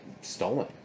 stolen